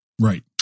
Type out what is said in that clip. Right